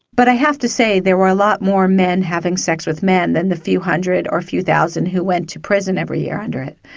but i have to say there were a lot more men having sex with men than the few hundred or few thousand who went to prison every year under it.